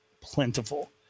plentiful